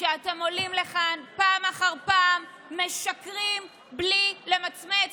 שאתם עולים לכאן פעם אחר פעם ומשקרים בלי למצמץ.